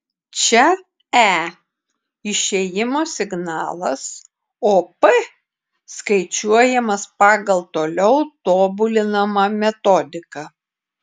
čia e išėjimo signalas o p skaičiuojamas pagal toliau tobulinamą metodiką